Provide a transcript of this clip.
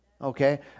okay